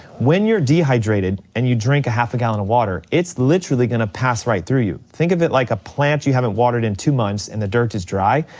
when you're dehydrated and you drink a half a gallon of water, it's literally gonna pass right through you. think of it like a plant you haven't watered in two months and the dirt is dry.